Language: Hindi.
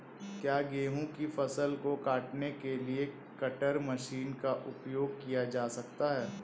क्या गेहूँ की फसल को काटने के लिए कटर मशीन का उपयोग किया जा सकता है?